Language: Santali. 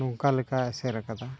ᱱᱚᱝᱠᱟ ᱞᱮᱠᱟᱭ ᱮᱥᱮᱨᱟᱠᱟᱫᱟ